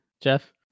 Jeff